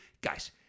guys